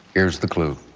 here's the clue.